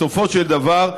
בסופו של דבר,